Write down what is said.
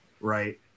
right